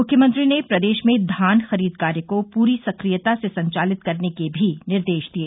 मुख्यमंत्री ने प्रदेश में धान खरीद कार्य को पूरी सक्रियता से संचालित करने के भी निर्देश दिये